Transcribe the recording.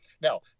Now